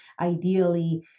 ideally